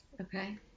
Okay